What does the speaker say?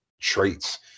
traits